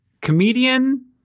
comedian